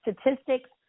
Statistics